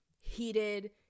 heated